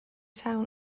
town